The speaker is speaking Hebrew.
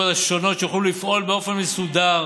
השונות כדי שיוכלו לפעול באופן מסודר